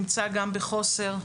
במשרד,